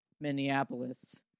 Minneapolis